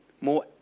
more